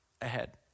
ahead